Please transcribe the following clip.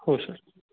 हो सर